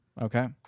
Okay